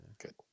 Good